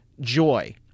joy